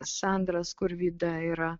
sandra skurvyda yra